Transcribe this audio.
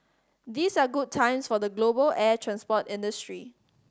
these are good times for the global air transport industry